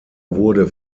wurde